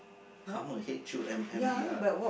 hummer H U M M E R